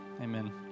Amen